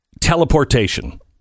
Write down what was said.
teleportation